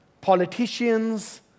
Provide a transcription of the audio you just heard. politicians